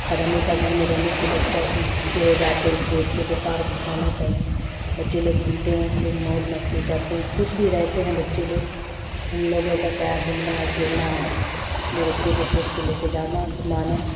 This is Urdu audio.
ہر ہمیشہ گھر میں رہنے سے بچہ بھی جو ہو جاتے ہے اس لیے بچے کو پارک گھمانا چاہیے بچے لوگ گھومتے ہیں خوب موج مستی کرتے ہیں خوش بھی رہتے ہیں بچے لوگ ان لوگوں کا کیا ہے گھومنا ہے پھرنا ہے اس لیے بچے کو خود سے لے کے جانا گھمانا